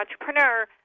entrepreneur